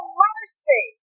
mercy